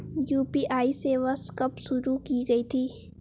UPI सेवा कब शुरू की गई थी?